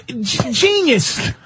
Genius